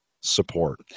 support